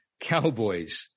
cowboys